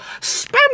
spend